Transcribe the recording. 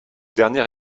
dernier